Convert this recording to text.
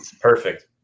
Perfect